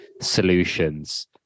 solutions